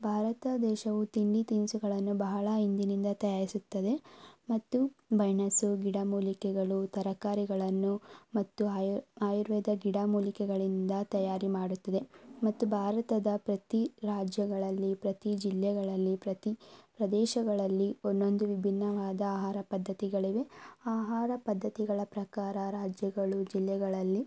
ಭಾರತ ದೇಶವು ತಿಂಡಿ ತಿನಿಸುಗಳನ್ನು ಬಹಳ ಹಿಂದಿನಿಂದ ತಯಾರಿಸುತ್ತದೆ ಮತ್ತು ಮೆಣಸು ಗಿಡಮೂಲಿಕೆಗಳು ತರಕಾರಿಗಳನ್ನು ಮತ್ತು ಆಯು ಆಯುರ್ವೇದ ಗಿಡಮೂಲಿಕೆಗಳಿಂದ ತಯಾರಿ ಮಾಡುತ್ತಿದೆ ಮತ್ತು ಭಾರತದ ಪ್ರತಿ ರಾಜ್ಯಗಳಲ್ಲಿ ಪ್ರತಿ ಜಿಲ್ಲೆಗಳಲ್ಲಿ ಪ್ರತಿ ಪ್ರದೇಶಗಳಲ್ಲಿ ಒಂದೊಂದು ವಿಭಿನ್ನವಾದ ಆಹಾರ ಪದ್ಧತಿಗಳಿವೆ ಆ ಆಹಾರ ಪದ್ಧತಿಗಳ ಪ್ರಕಾರ ರಾಜ್ಯಗಳು ಜಿಲ್ಲೆಗಳಲ್ಲಿ